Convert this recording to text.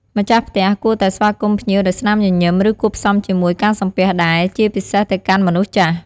ម្ចាស់ផ្ទះគួរតែស្វាគមន៍ភ្ញៀវដោយស្នាមញញឹម ឬគួបផ្សំជាមួយការសំពះដែរ ជាពិសេសទៅកាន់មនុស្សចាស់។